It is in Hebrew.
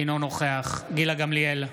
אינו נוכח גילה גמליאל,